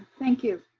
thank you,